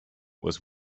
was